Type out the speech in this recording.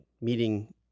meeting